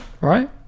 right